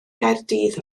gaerdydd